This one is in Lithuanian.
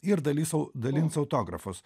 ir dalys au dalins autografus